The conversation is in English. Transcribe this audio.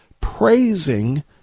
praising